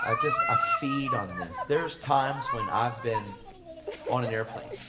ah just ah feed on this. there's times when i've been on an airplane.